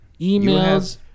emails